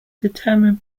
determine